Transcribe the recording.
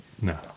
No